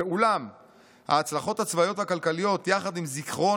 ואולם ההצלחות הצבאיות והכלכליות יחד עם זיכרון